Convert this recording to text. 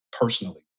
personally